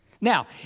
Now